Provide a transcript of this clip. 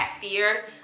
fear